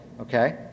okay